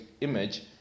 image